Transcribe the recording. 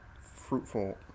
fruitful